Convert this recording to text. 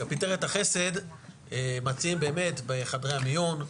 קפיטריית החסד מציעים באמת בחדרי המיון.